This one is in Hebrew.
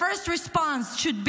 These hypocrites shout: